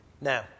Now